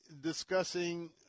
discussing